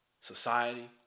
society